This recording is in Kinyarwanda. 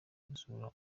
gusura